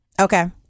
Okay